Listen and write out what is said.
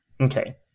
Okay